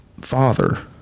Father